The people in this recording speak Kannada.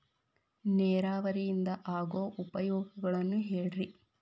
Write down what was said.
ನೇರಾವರಿಯಿಂದ ಆಗೋ ಉಪಯೋಗಗಳನ್ನು ಹೇಳ್ರಿ